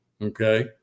okay